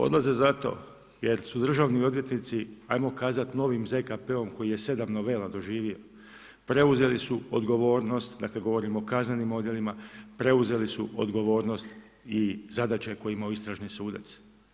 Odlaze zato jer su državni odvjetnici, ajmo kazati novim ZKP-om koji je sedam novela doživio, preuzeli su odgovornost dakle govorim o kaznenim odjelima, preuzeli su odgovornost i zadaće koje ima istražni sudac.